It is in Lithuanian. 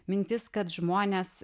mintis kad žmonės